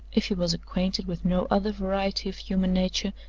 if he was acquainted with no other variety of human nature,